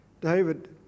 David